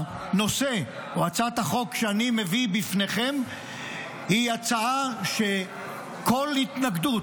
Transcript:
הצעת החוק שאני מביא בפניכם היא הצעה שכל התנגדות,